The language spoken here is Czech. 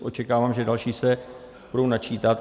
Očekávám, že další se budou načítat.